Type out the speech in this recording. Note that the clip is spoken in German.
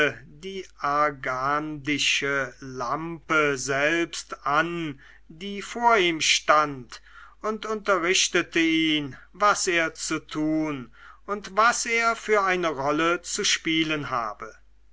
die argantische lampe selbst an die vor ihm stand und unterrichtete ihn was er zu tun und was er für eine rolle zu spielen habe